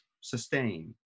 sustain